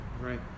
Right